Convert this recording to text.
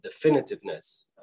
definitiveness